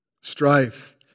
Strife